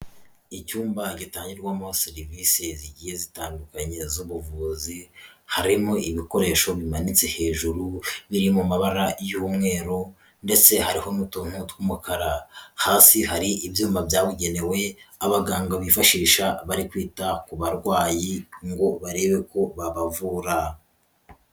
Icyumba gitangirwamo serivisi zigiye zitandukanye z'ubuvuzi, harimo ibikoresho bimanitse hejuru biri mu mabara y'umweru ndetse hari n'utuntu tw'umukara, hasi hari ibyuma byabugenewe, abaganga bifashisha bari kwita ku barwayi ngo barebe ko babavura.